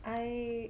I